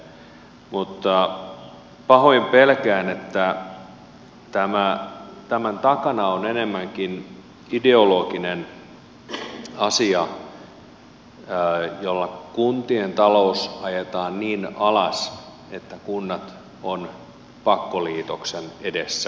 mutta pahoin pelkään että tämän takana on enemmänkin ideologinen asia jolla kuntien talous ajetaan niin alas että kunnat ovat pakkoliitoksen edessä